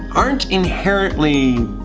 aren't inherently.